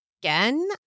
again